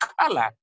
color